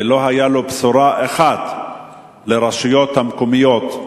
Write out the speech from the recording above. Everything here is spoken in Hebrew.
ולא היתה לו בשורה אחת לרשויות המקומיות,